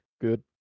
good